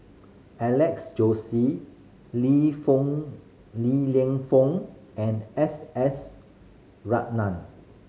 Alex Josey Li Li Lienfung and S S Ratnam